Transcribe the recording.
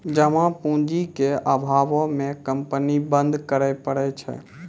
जमा पूंजी के अभावो मे कंपनी बंद करै पड़ै छै